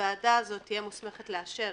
הוועדה הזאת תהיה מוסמכת לאשר